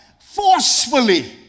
forcefully